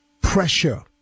pressure